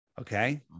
Okay